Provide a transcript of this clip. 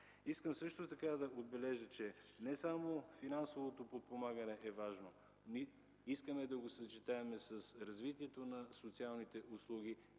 Искам също така да отбележа, че не само финансовото подпомагане е важно. Ние искаме да го съчетаем с развитието на социалните услуги,